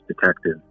detective